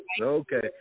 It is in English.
Okay